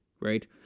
right